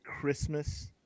Christmas